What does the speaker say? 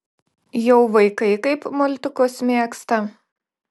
jau vaikai kaip multikus mėgsta